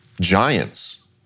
giants